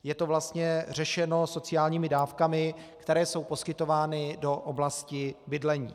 Je to vlastně řešeno sociálními dávkami, které jsou poskytovány do oblasti bydlení.